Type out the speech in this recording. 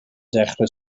dechrau